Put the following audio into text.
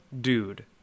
dude